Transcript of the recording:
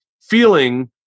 feeling